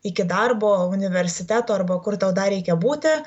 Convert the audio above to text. iki darbo universiteto arba kur tau dar reikia būti